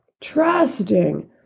trusting